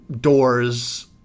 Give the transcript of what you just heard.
doors